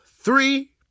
three